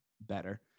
better